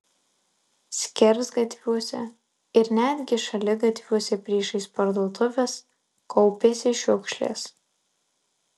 skersgatviuose ir netgi šaligatviuose priešais parduotuves kaupėsi šiukšlės